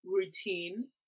routine